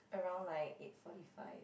around like eight forty five